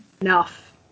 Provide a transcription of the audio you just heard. enough